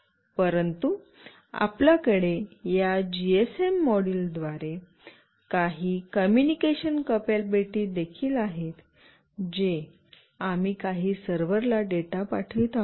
परंतु आपल्याकडे या जीएसएम मॉड्यूल द्वारे काही कॉम्युनिकेशन कपॅबिलिटी देखील आहे जे आम्ही काही सर्व्हरला डेटा पाठवित आहोत